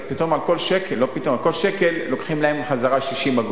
ועל כל שקל לוקחים להן 60 אגורות.